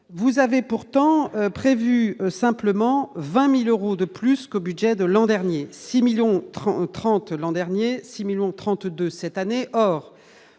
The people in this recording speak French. vous avez pourtant prévu simplement 20000 euros de plus qu'au budget de l'an dernier 6 millions 30 30 l'an dernier 6 1000032 cette année,